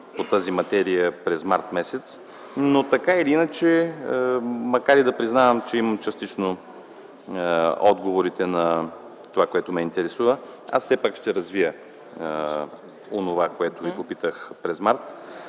по тази материя през м. март т.г., но макар и да признавам, че имам частично отговорите на това, което ме интересува, аз все пак ще развия онова, което попитах през м.